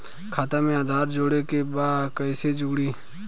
खाता में आधार जोड़े के बा कैसे जुड़ी?